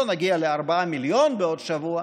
לא נגיע לארבעה מיליון בעוד שבוע,